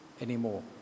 anymore